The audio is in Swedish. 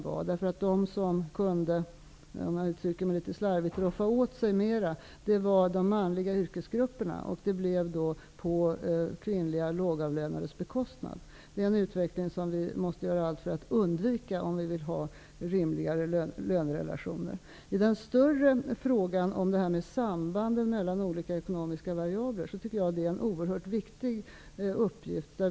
De som då kunde, om jag uttrycker mig litet slarvigt, roffa åt sig mera, var de manliga yrkesgrupperna. Det skedde på kvinnliga lågavlönades bekostnad. Det är en utveckling som vi måste göra allt för att undvika, om vi vill ha rimligare lönerelationer. Att informera om sambanden mellan olika ekonomiska variabler är oerhört viktigt.